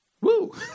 Woo